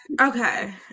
Okay